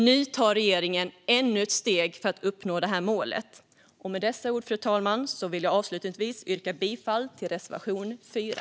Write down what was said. Nu tar regeringen ännu ett steg för att uppnå detta mål. Avslutningsvis, fru talman, vill jag yrka bifall till reservation 4.